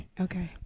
Okay